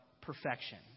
perfection